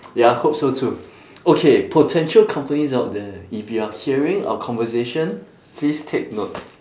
ya I hope so too okay potential companies out there if you are hearing our conversation please take note